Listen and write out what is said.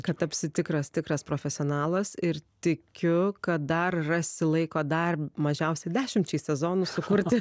kad tapsi tikras tikras profesionalas ir tikiu kad dar rasi laiko dar mažiausiai dešimčiai sezonų sukurti